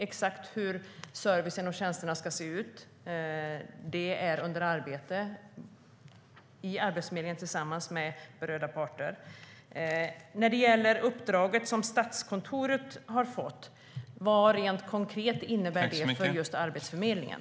Exakt hur servicen och tjänsterna ska se ut är under beredning i Arbetsförmedlingen tillsammans med berörda parter. Det uppdrag som Statskontoret har fått, vad innebär det rent konkret för just Arbetsförmedlingen?